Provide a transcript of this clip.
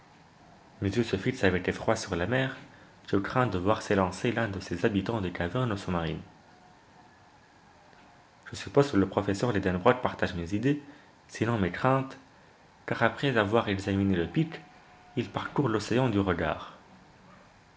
se fixent avec effroi sur la mer je crains de voir s'élancer l'un de ces habitants des cavernes sous-marines je suppose que le professeur lidenbrock partage mes idées sinon mes craintes car après avoir examiné le pic il parcourt l'océan du regard